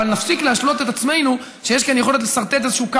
אבל נפסיק להשלות את עצמנו שיש כאן יכולת לסרטט איזשהו קו